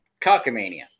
Cockamania